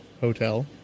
hotel